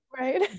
right